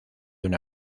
una